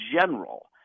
general